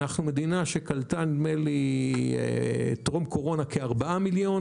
ואנחנו מדינה שקלטה בטרום הקורונה כארבעה מיליון,